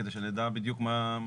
כדי שנדע בדיוק.